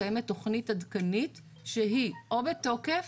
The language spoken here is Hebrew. קיימת תוכנית עדכנית שהיא או בתוקף